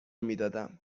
میدادم